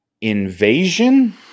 invasion